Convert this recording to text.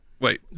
Wait